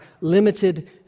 limited